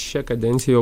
šią kadenciją jau